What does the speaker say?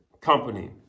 company